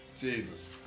Jesus